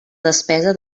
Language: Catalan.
despesa